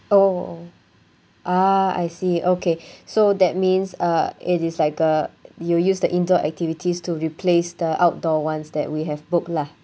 oh oh ah I see okay so that means uh it is like uh you use the indoor activities to replace the outdoor ones that we have booked lah